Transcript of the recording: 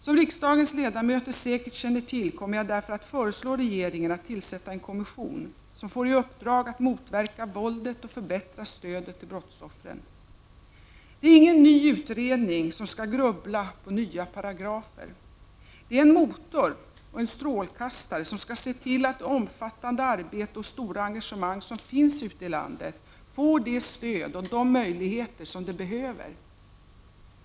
Som riksdagens ledamöter säkert känner till kommer jag därför att föreslå regeringen att tillsätta en kommission, som får i uppdrag att motverka våldet och förbättra stödet till brottsoffren. Det är ingen ny utredning som skall grubbla på nya paragrafer. Det är en motor och en strålkastare, som skall se till att det omfattande arbete och stora engagemang som finns ute i landet får det stöd och de möjligheter som det behöver.